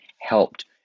helped